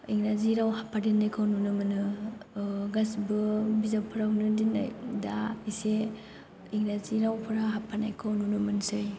इंराजि राव हाबफा देरनायखौ नुनो मोनो गासैबो बिजाबफोरावनो दिनै दा एसे इंराजि रावफ्रा हाबफानायखौ नुनो मोनसै